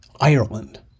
Ireland